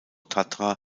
tatra